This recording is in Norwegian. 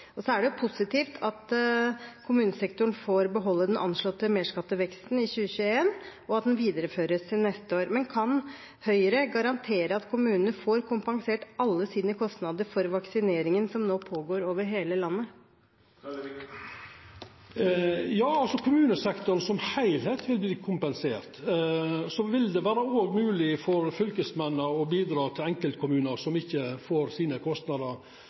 Det er positivt at kommunesektoren får beholde den anslåtte merskatteveksten i 2021, og at den videreføres til neste år, men kan Høyre garantere at kommunene får kompensert alle sine kostnader til vaksineringen som nå pågår over hele landet? Kommunesektoren som heilskap vil verta kompensert. Det vil òg vera mogleg for statsforvaltarane gjennom skjønsmidlar å bidra i enkeltkommunar som ikkje får kostnadene sine